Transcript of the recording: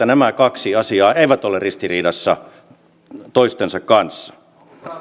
nämä kaksi asiaa eivät ole ristiriidassa toistensa kanssa